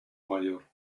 mayor